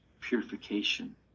purification